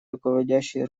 руководящей